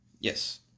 Yes